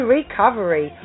Recovery